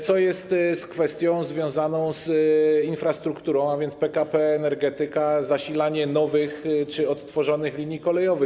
Co jest z kwestią związaną z infrastrukturą, a więc PKP Energetyka, zasilaniem nowych czy odtworzonych linii kolejowych?